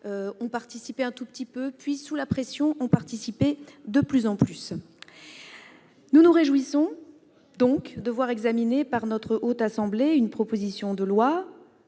ont participé, d'abord un tout petit peu, puis, sous la pression, de plus en plus. Nous nous réjouissons donc de voir examiner par la Haute Assemblée une proposition de loi